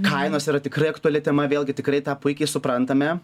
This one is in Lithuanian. kainos yra tikrai aktuali tema vėlgi tikrai tą puikiai suprantame